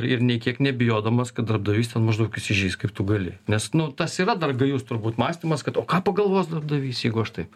ir nei kiek nebijodamas kad darbdavys ten maždaug įsižeis kaip tu gali nes nu tas yra dar gajus turbūt mąstymas kad o ką pagalvos darbdavys jeigu aš taip